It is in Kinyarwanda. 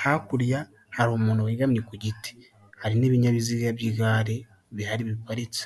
Hakurya hari muntu wegamye ku giti hari n'ibinyabiziga by'igare bihari biparitse.